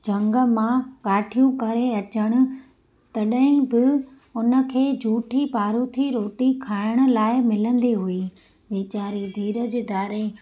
झंग मां काठियूं करे अचणु तॾहिं बि हुनखे झूठी पारुथी रोटी खाइण लाइ मिलंदी हुई वेचारी धीरजु धारे